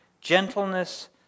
gentleness